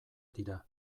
dira